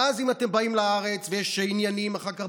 ואז אם אתם באים לארץ ויש עניינים אחר כך,